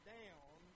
down